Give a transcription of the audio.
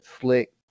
slick